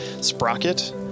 Sprocket